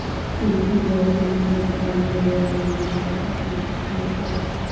APY पंजीकरण form भरें और उन्हें खाता संख्या प्रदान करें